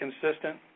consistent